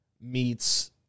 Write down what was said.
meets